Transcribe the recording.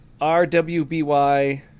RWBY